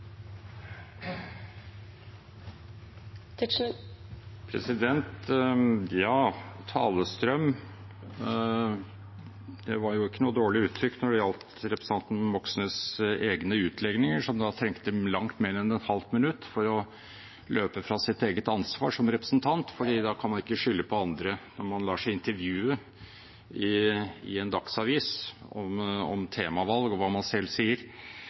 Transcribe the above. ikke noe dårlig uttrykk når det gjelder representanten Moxnes’ egne utlegninger. Han trengte langt mer enn et halvt minutt for å løpe fra sitt eget ansvar som representant, for man kan ikke skylde på andre når man lar seg intervjue i en dagsavis – om temavalg og hva man selv sier,